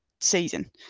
season